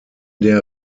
der